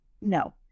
No